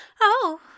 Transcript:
Oh